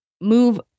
move